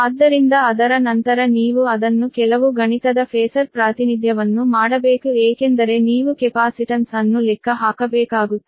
ಆದ್ದರಿಂದ ಅದರ ನಂತರ ನೀವು ಅದನ್ನು ಕೆಲವು ಗಣಿತದ ಫಾಸರ್ ಪ್ರಾತಿನಿಧ್ಯವನ್ನು ಮಾಡಬೇಕು ಏಕೆಂದರೆ ನೀವು ಕೆಪಾಸಿಟನ್ಸ್ ಅನ್ನು ಲೆಕ್ಕ ಹಾಕಬೇಕಾಗುತ್ತದೆ